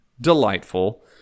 delightful